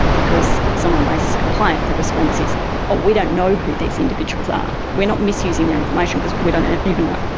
because if someone raises a complaint, the response is ah we don't know who these individuals are, we're not misusing their information because we don't ah even know,